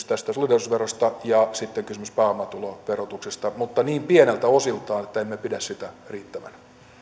tästä solidaarisuusverosta ja sitten kysymyksen pääomatuloverotuksesta mutta niin pieneltä osalta että emme pidä sitä riittävänä